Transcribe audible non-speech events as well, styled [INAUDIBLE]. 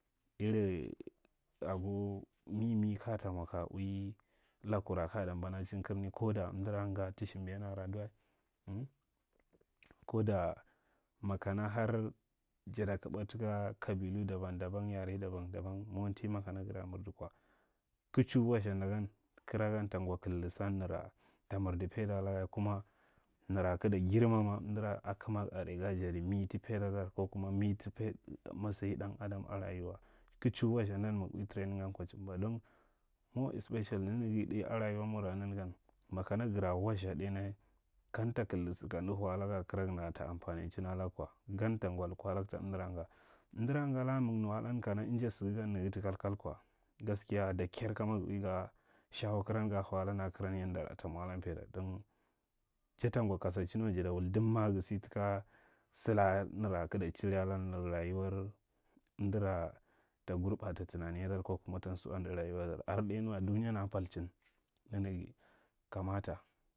Iri ago, mimi kayata mwa kaya ui takura kaya ta mbanachin karni, ko da amdora nga ta sthimbiyan are ada- duwa, [HESITATION] ko da makana har jara kaba, taka kabilu daban daban yari daba daban monti makana gada mardi kwa kig chu wastha nda gaa kira nantang ngwa kildi san nara ta mirdi paida laga, kuma nara kaja girmama amdafa a kanag are jada mi ta paidadar kuma mi ta pai, masayin ɗan adam a rayuwa. Kig chu wastha ndan mig ui training gan kwa chimba. Don more especially nanaga ɗai a rayawar mu ra nanagan makana gara wastha ɗai nya kawta kaidi sa kamda hau a laga akwa. Kam nara amtachinga alag kwa, gan ta ngwa lukwa lag ta amdara nga. amdara lakan mig nu alan inja saga gan naga tu kalkal kwa gaskiya dakker kama ga uwi gas haw karan, ga shawo karan, ga har alan a karan yanda ta mwa lan paida, don jatta ngwa kasarchin wa jada wul dimma ga sa taka salla nara kigta chiri alan nir rayuwar amdara ta gurɓata tunaniyadar ko kuma ba nsu’andi rayuwada. Ado ɗainyi wa dunyan a palchin nanaga kamata…